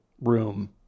room